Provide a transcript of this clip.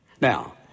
Now